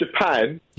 Japan